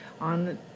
On